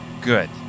Good